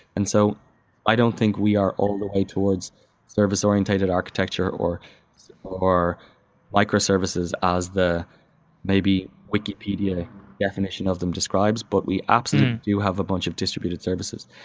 and so i don't think we are all the way towards service orientated architecture or or microservices as the maybe wikipedia definition of them describes. but we absolutely do have a bunch of distributed services.